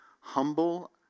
humble